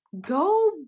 go